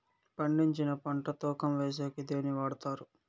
పండించిన పంట తూకం వేసేకి దేన్ని వాడతారు?